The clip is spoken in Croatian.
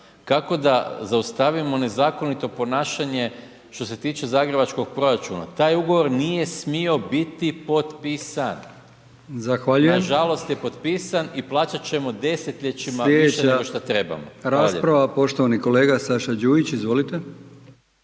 kako da zaustavimo nezakonito ponašanje što se tiče zagrebačkog proračuna. Taj ugovor nije smio biti potpisan. Nažalost je potpisan i plaćat ćemo desetljećima više nego što trebamo. Hvala lijepo. **Brkić, Milijan